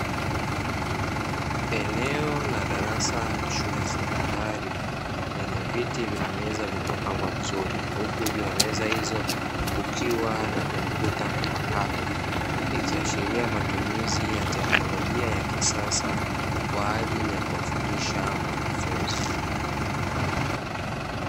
Eneo la darasa la shule ya sekondari lenye viti na meza vilivyopangwa vizuri, huku juu ya meza hizo kukiwa na kompyuta mpakato. Ikiashiria matumizi ya teknolojia ya kisasa kwa ajili ya kuwafundisha wanafunzi.